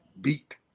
beat